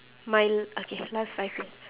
my l~ okay last five years